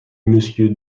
monsieur